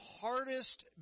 hardest